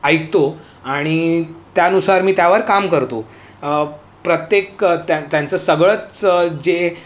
ऐकतो आणि त्यानुसार मी त्यावर काम करतो प्रत्येक त्या त्यांचं सगळंच जे